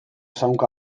zaunka